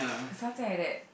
something like that